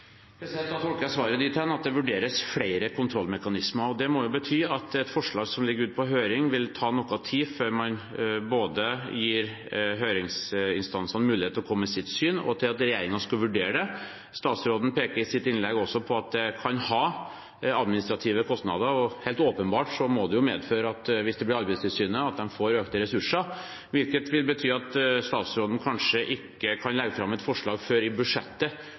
svaret dit hen at det vurderes flere kontrollmekanismer. Det må jo bety at for et forslag som ligger ute på høring, vil det ta noe tid både før man gir høringsinstansene mulighet til å komme med sitt syn, og til regjeringen skal vurdere det. Statsråden peker i sitt innlegg også på at det kan ha administrative kostnader. Hvis det blir Arbeidstilsynet, må det helt åpenbart medføre at de får økte ressurser, hvilket vil bety at statsråden kanskje ikke kan legge fram et forslag før i budsjettet